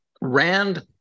Rand